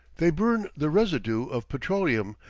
they burn the residue of petroleum,